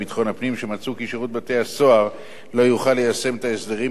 שמצאו כי שירות בתי-הסוהר לא יוכל ליישם את ההסדרים בדבר פומביות